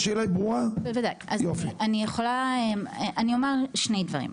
אני אומר שני דברים.